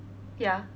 ya